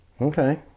Okay